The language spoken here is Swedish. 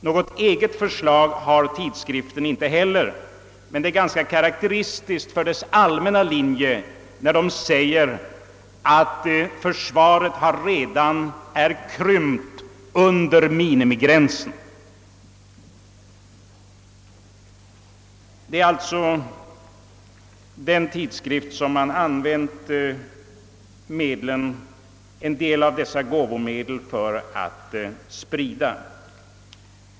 Något eget förslag till målsättning har tidskriften inte heller, men det är ganska karakteristiskt för dess allmänna linje att den uttalar att försvaret »redan är krympt under minimigränsen». Det är alltså för att sprida denna tidskrift som man använt en del av gåvomedlen.